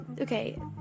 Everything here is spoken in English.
Okay